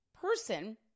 person